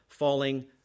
falling